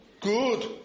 good